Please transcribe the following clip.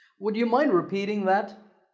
would you mind repeating that?